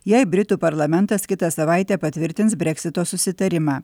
jei britų parlamentas kitą savaitę patvirtins breksito susitarimą